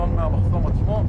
מהמחסום עצמו.